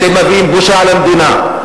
אתם מביאים בושה על המדינה.